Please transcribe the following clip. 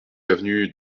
avenue